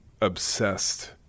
obsessed